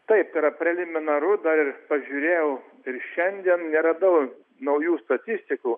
taip yra preliminaru dar ir pažiūrėjau ir šiandien neradau naujų statistikų